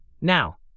Now